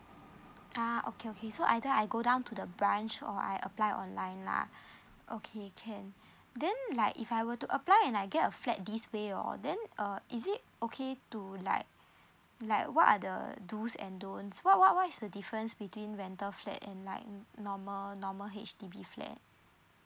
ah okay okay so either I go down to the branch or I apply online lah okay can then like if I were to apply and I get a flat this way orh then uh is it okay to like like what are the dos and don't what what what is the difference between rental flat and like mm normal normal H_D_B flat